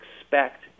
expect